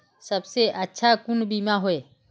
सबसे अच्छा कुन बिमा होय?